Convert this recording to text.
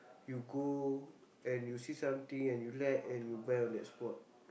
you go and you see something and you like and you buy on that spot